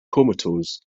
comatose